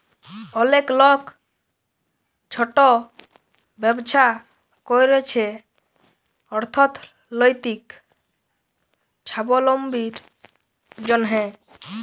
অলেক লক ছট ব্যবছা ক্যইরছে অথ্থলৈতিক ছাবলম্বীর জ্যনহে